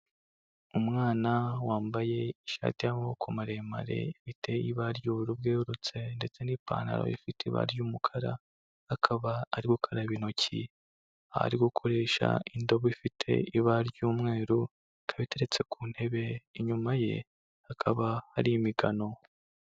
umwana wambaye ishati y'amaboko maremare iteye ibara ry'ubururu bwerurutse ndetse n'ipantaro ifite ibara ry'umukara, akaba ari gukaraba intoki, ari gukoresha indobo ifite ibara ry'umweru, ikaba iteretse ku ntebe, inyuma ye hakaba hari imigano.